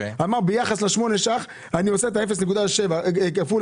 אמר שביחס לשמונת השקלים, הוא עושה את ה-0.7 כפול